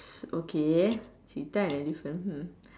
okay cheetah and elephant hmm